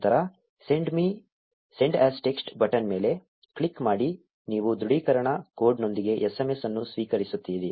ನಂತರ Send as Text button ಮೇಲೆ click ಮಾಡಿ ನೀವು ದೃಢೀಕರಣ ಕೋಡ್ನೊಂದಿಗೆ SMS ಅನ್ನು ಸ್ವೀಕರಿಸುತ್ತೀರಿ